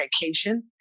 vacation